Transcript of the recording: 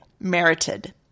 merited